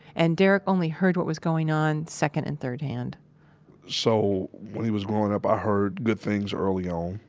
and derrick only heard what was going on second and third-hand so, when he was growing up, i heard good things early on.